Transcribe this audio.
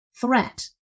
threat